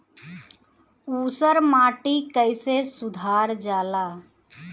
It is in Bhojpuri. ऊसर माटी कईसे सुधार जाला?